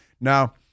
Now